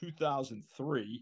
2003